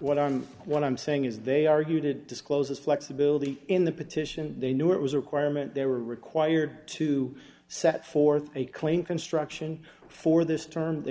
what i'm what i'm saying is they argued it discloses flexibility in the petition they knew it was a requirement they were required to set forth a claim construction for this term they